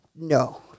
no